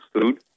food